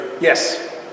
Yes